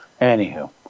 Anywho